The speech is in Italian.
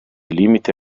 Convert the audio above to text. limite